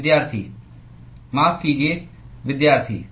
माफ़ कीजिए